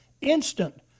instant